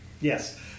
yes